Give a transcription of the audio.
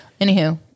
Anywho